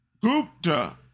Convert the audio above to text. Gupta